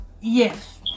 Yes